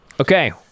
Okay